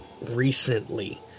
recently